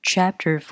Chapter